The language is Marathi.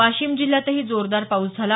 वाशिम जिल्ह्यातही जोरदार पाऊस झाला